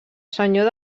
senyor